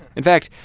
in fact,